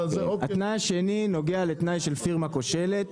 התנאי השני נוגע לתנאי של פירמה כושלת,